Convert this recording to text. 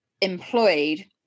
employed